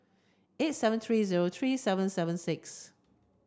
eight seven three zero three seven seven six